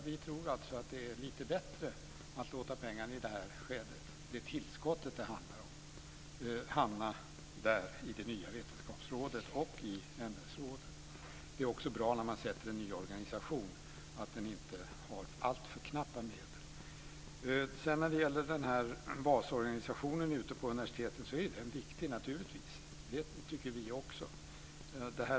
Vi tror alltså att det är lite bättre att låta pengarna i det här skedet, det tillskott det handlar om, hamna i det nya Vetenskapsrådet och i ämnesråden. Det är också bra när man inrättar en ny organisation att den inte har alltför knappa medel. Basorganisationen ute på universiteten är naturligtvis viktig. Det tycker vi också.